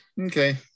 okay